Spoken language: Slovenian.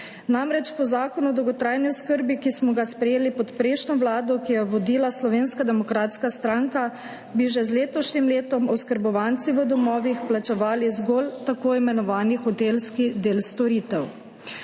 Namreč, po Zakonu o dolgotrajni oskrbi, ki smo ga sprejeli pod prejšnjo vlado, ki jo je vodila Slovenska demokratska stranka, bi že z letošnjim letom oskrbovanci v domovih plačevali zgolj tako imenovani hotelski del storitev.